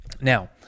Now